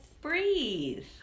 breathe